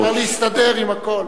אפשר להסתדר עם הכול.